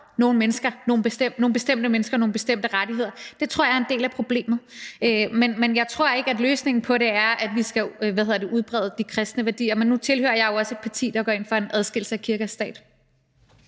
nogle bestemte mennesker nogle bestemte rettigheder, og det tror jeg er en del af problemet. Men jeg tror ikke, at løsningen på det er, at vi skal udbrede de kristne værdier, men nu tilhører jeg jo også et parti, der går ind for en adskillelse af kirke og stat.